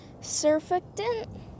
surfactant